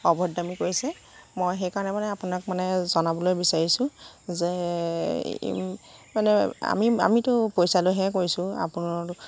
অভদ্ৰামি কৰিছে মই সেইকাৰণে মানে আপোনাক মানে জনাবলৈ বিচাৰিছো যে মানে আমি আমিতো পইচা লৈহে কৰিছোঁ আপোনালোক